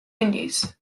indies